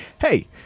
hey